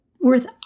worth